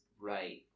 Right